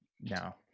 no